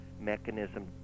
mechanism